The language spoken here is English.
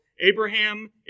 Abraham